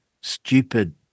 stupid